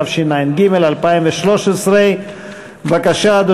התשע"ג 2013. בבקשה,